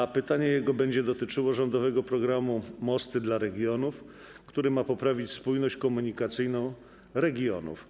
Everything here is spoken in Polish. Jego pytanie będzie dotyczyło rządowego programu ˝Mosty dla regionów˝, który ma poprawić spójność komunikacyjną regionów.